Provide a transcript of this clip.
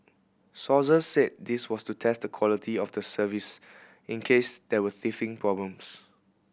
sources said this was to test the quality of the service in case there were teething problems